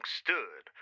stood